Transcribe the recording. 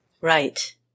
Right